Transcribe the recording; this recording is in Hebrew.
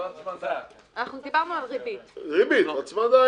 ולא הצמדה.